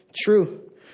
true